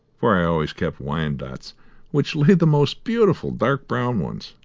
for i always kept wyandots which lay the most beautiful dark brown ones,